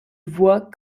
voit